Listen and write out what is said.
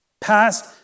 past